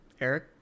Eric